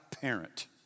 Parent